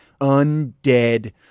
undead